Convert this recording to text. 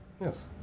Yes